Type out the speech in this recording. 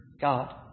God